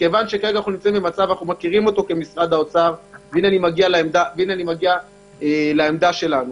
הנה אני מגיע לעמדה שלנו